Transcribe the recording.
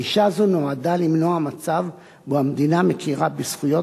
גישה זו נועדה למנוע מצב שבו המדינה מכירה בזכויות